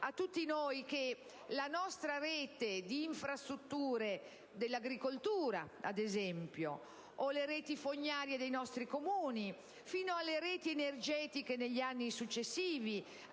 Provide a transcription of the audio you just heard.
tutti noi che la nostra rete di infrastrutture dell'agricoltura, ad esempio le reti fognarie dei nostri Comuni, le reti energetiche negli anni successivi